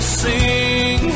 sing